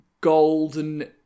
golden